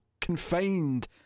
confined